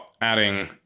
adding